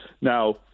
Now